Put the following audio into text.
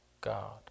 God